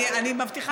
אני מבטיחה,